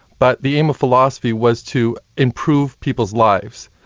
but the aim of philosophy was to improve people's lives.